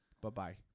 Bye-bye